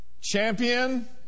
Champion